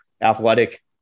Athletic